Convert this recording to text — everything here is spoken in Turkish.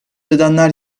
edenler